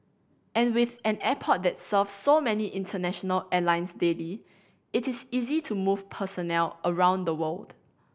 and with an airport that serves so many international airlines daily it is easy to move personnel around the world